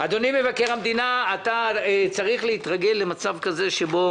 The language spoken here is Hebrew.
אדוני מבקר המדינה, אתה צריך להתרגל למצב כזה שבו